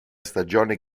stagione